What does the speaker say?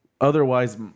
otherwise